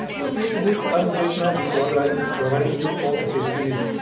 lucidity boots arent great now, due to other items providing you all the haste you need.